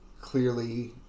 clearly